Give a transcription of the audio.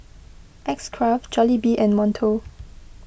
X Craft Jollibee and Monto